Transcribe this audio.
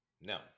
No